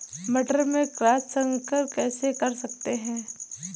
मटर में क्रॉस संकर कैसे कर सकते हैं?